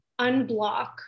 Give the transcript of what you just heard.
unblock